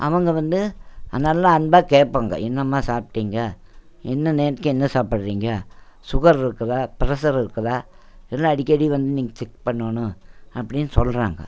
அவங்க வந்து நல்லா அன்பாக கேட்பாங்க என்னம்மா சாப்பிட்டிங்க என்ன நேரத்துக்கு என்ன சாப்பிட்றீங்க சுகர் இருக்குதா பிரஷர் இருக்குதா எல்லாம் அடிக்கடி வந்து நீங்கள் செக் பண்ணணும் அப்படின்னு சொல்கிறாங்க